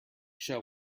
shell